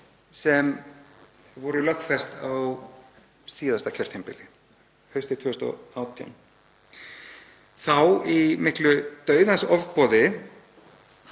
sem var lögfest á síðasta kjörtímabili, haustið 2018, þá í miklu dauðans ofboði.